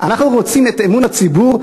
אנחנו רוצים את אמון הציבור,